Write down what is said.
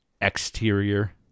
exterior